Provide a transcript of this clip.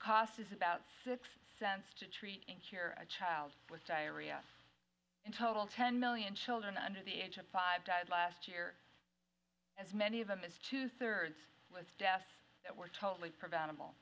is about six cents to treat and cure a child with diarrhea in total ten million children under the age of five died last year as many of them as two thirds was deaf that were totally preventable